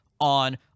on